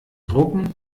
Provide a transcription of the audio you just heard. drucken